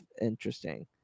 interesting